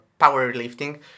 powerlifting